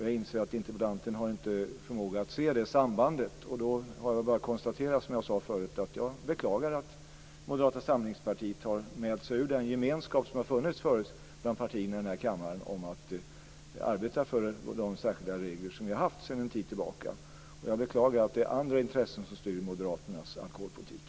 Jag inser att interpellanten inte har förmåga att se det sambandet. Då är det bara att konstatera, som jag sade förut, att jag beklagar att Moderata samlingspartiet har mält sig ur den gemenskap som förut har funnits bland partierna i den här kammaren om att arbeta för de särskilda regler som vi har haft sedan en tid tillbaka. Jag beklagar att det är andra intressen som styr moderaternas alkoholpolitik.